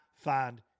find